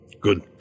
Good